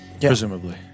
Presumably